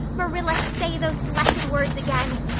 marilla, say those blessed words again.